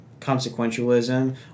consequentialism